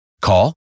Call